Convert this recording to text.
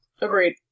Agreed